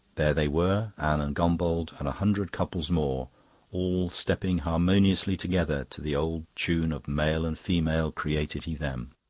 there they were, anne and gombauld, and a hundred couples more all stepping harmoniously together to the old tune of male and female created he them.